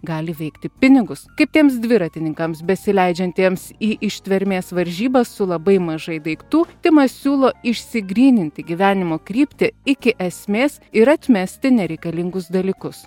gali veikti pinigus kaip tiems dviratininkams besileidžiantiems į ištvermės varžybas su labai mažai daiktų timas siūlo išsigryninti gyvenimo kryptį iki esmės ir atmesti nereikalingus dalykus